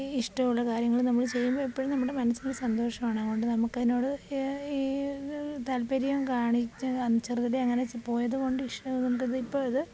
ഇഷ്ടമുള്ള കാര്യങ്ങൾ നമ്മൾ ചെയ്യുമ്പോൾ എപ്പോഴും നമ്മുടെ മനസ്സിൽ ഒരു സന്തോഷമാണ് അതുകൊണ്ട് നമ്മമുക്കതിനോട് താല്പര്യം കാണിച്ച ചെറുതിലെ അങ്ങനെ പോയതുകൊണ്ട് ഇഷ്ടമാണ് നമുക്കത് ഇപ്പോൾ അത് ഒരു